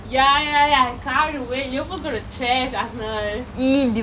ya ya ya can't wait Liverpool's gonna trash Arsenal